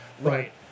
Right